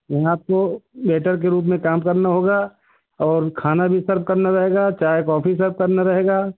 वहाँ आपको वेटर के रूप मे काम करना होगा और खाना भी सर्व करना रहेगा चाय कॉफी सर्व करना रहेगा